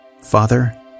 Father